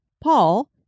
Paul